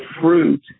fruit